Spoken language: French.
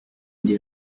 des